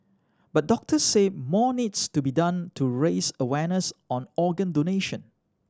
but doctors say more needs to be done to raise awareness on organ donation